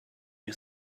you